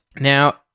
Now